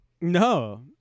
No